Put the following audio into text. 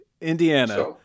Indiana